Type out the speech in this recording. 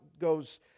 goes